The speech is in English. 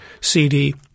CD